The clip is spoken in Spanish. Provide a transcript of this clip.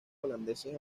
holandeses